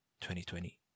2020